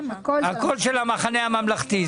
הכול של המחנה הממלכתי.